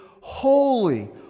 Holy